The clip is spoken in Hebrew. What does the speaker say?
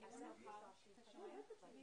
אנחנו נדון על אפליקציית טיקטוק,